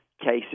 cases